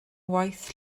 waith